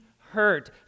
hurt